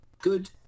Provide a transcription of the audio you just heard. good